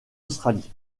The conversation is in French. australie